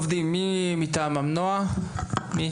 כוח לעובדים, עמרי, בבקשה.